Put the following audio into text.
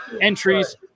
entries